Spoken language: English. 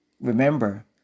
Remember